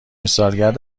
سالگرد